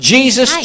Jesus